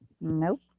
Nope